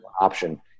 option